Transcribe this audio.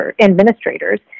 administrators